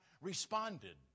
responded